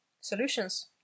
solutions